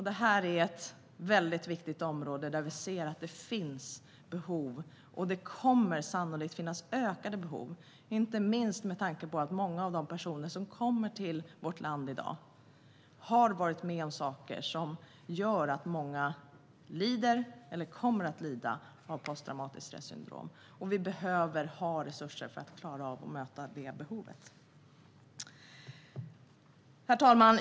Det är ett viktigt område där vi ser att det finns behov och sannolikt kommer att finnas ökade behov, inte minst med tanke på att många av de personer som nu kommer till vårt land har varit med om sådant som gör att de lider eller kommer att lida av posttraumatiskt stressyndrom. Vi behöver ha resurser för att klara av att möta det behovet. Herr talman!